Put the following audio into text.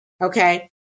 okay